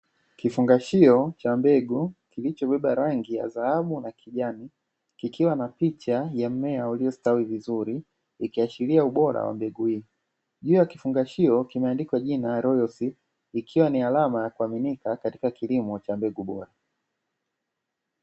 Kifungashio cha mbegu kilichobeba rangi ya dhahabu na kijani kikiwa na picha ya mmea uliyostawi vizuri ikiashiria ubora wa mbegu hii. Juu ya kifungashio kimeandikwa jina “royal seed” ikiwa ni alama ya kuaminika katika kilimo cha mbegu bora.